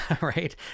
right